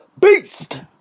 beast